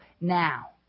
now